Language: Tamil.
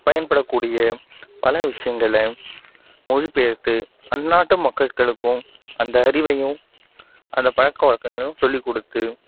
பயன்படக்கூடிய பல விஷயங்களை மொழிபெயர்த்து அந்நாட்டு மக்கள்களுக்கும் அந்த அறிவையும் அந்த பழக்கவழக்கங்களையும் சொல்லிக் கொடுத்து